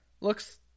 Looks